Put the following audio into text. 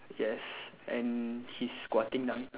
yes and he's squatting down